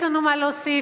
יש לנו מה להוסיף,